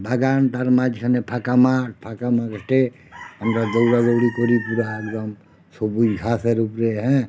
বাগান তার মাঝখানে ফাঁকা মাঠ ফাঁকা মাঠে আমরা দৌড়াদৌড়ি করি পুরো একদম সবুজ ঘাসের উপরে হ্যাঁ